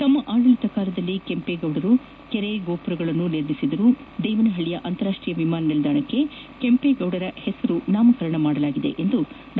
ತಮ್ನ ಆಡಳಿತ ಕಾಲದಲ್ಲಿ ಕೆಂಪೇಗೌಡ ಅವರು ಕೆರೆ ಗೋಪುರಗಳನ್ನು ನಿರ್ಮಿಸಿದರು ದೇವನಹಳ್ಳಿಯ ಅಂತಾರಾಷ್ಟೀಯ ವಿಮಾನ ನಿಲ್ದಾಣಕ್ಕೆ ಕೆಂಪೇಗೌಡ ಅವರ ನಾಮಕರಣ ಮಾಡಲಾಗಿದೆ ಎಂದು ಡಾ